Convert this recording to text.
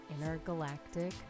intergalactic